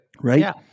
Right